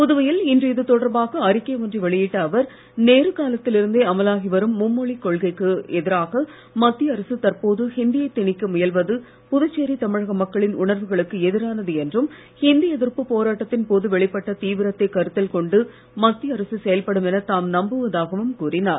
புதுவையில் இன்று இது தொடர்பாக அறிக்கை ஒன்றை வெளியிட்ட அவர் நேரு காலத்தில் இருந்தே அமலாகி வரும் மும்மொழிக் கொள்கைக்கு எதிராக மத்திய அரசு தற்போது இந்தியை திணிக்க முயல்வது புதுச்சேரி தமிழக மக்களின் உணர்வுகளுக்கு எதிரானது என்றும் ஹிந்தி எதிர்ப்பு போராட்டத்தின் போது வெளிப்பட்ட தீவிரத்தை கருத்தில் கொண்டு மத்திய அரசு செயல்படும் என தாம் நம்புவதாகவும் கூறினார்